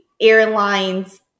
airlines